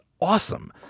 awesome